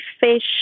fish